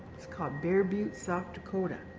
it's called bear butte, south dakota.